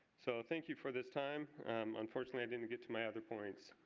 so thank you for this time unfortunately i didn't get to my other points.